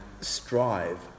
strive